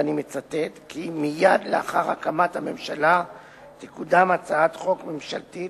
כי "מייד לאחר הקמת הממשלה תקודם הצעת חוק ממשלתית,